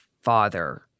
father